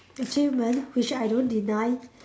achievement which I don't deny